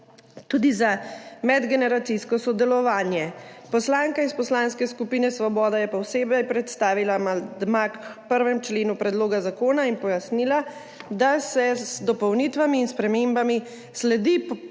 tudi za medgeneracijsko sodelovanje. Poslanka iz Poslanske skupine Svoboda je posebej predstavila amandma k 1. členu Predloga zakona in pojasnila, da se z dopolnitvami in spremembami sledi pripombam